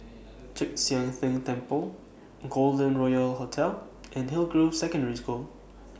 Chek Sian Tng Temple Golden Royal Hotel and Hillgrove Secondary School